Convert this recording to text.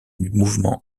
mouvement